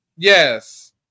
Yes